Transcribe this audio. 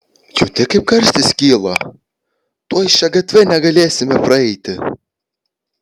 jauti kaip karštis kyla tuoj šia gatve negalėsime praeiti